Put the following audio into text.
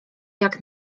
jak